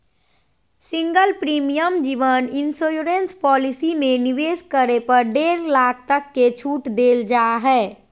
single premium जीवन insurance policy में निवेश करे पर डेढ़ लाख तक के छूट देल जा हइ